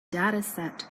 dataset